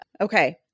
Okay